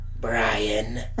Brian